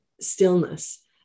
stillness